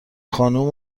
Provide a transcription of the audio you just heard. خانوم